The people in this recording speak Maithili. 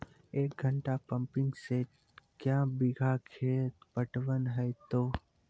एक घंटा पंपिंग सेट क्या बीघा खेत पटवन है तो?